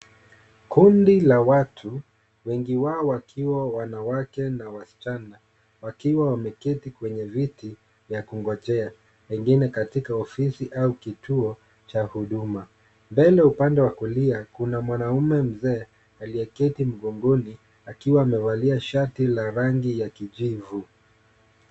Kundi la watu, wengi wao wakiwa wanawake na wasichana. Wakiwa wameketi kwenye viti vya kungojea. Wengine katika ofisi au kituo cha huduma. Mbele upande wa kulia, kuna mwanaume mzee aliyeketi mgongoni akiwa amevalia shati la rangi ya kijivu.